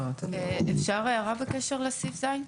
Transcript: אפשר הערה בקשר לסעיף (ז)?